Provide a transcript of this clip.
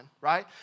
right